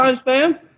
fam